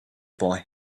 boy